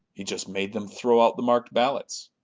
he just made them throw out the marked ballots.